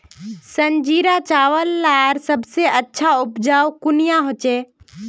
संजीरा चावल लार सबसे अच्छा उपजाऊ कुनियाँ होचए?